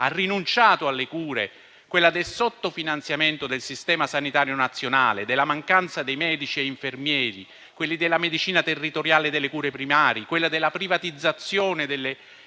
ha rinunciato alle cure, dal sottofinanziamento del Sistema sanitario nazionale, dalla mancanza di medici e infermieri, dalla medicina territoriale delle cure primarie e dalla privatizzazione